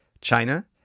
China